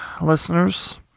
listeners